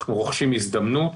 אנחנו רוכשים הזדמנות,